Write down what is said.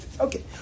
Okay